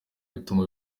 bituma